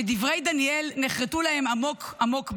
ודברי דניאל נחרטו להם עמוק עמוק בלב.